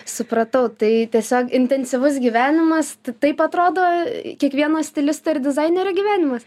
supratau tai tiesiog intensyvus gyvenimas taip atrodo kiekvieno stilisto ir dizainerio gyvenimas